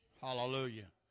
Hallelujah